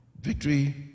Victory